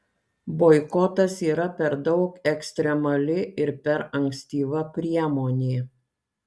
boikotas yra per daug ekstremali ir per ankstyva priemonė